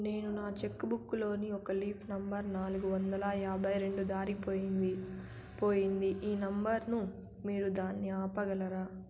నేను నా cheque book లోని ఒక లీఫ్ నెంబర్ నాలుగు వందల యాభై రెండు దారిపొయింది పోయింది ఈ నెంబర్ ను మీరు దాన్ని ఆపగలరా?